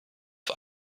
auf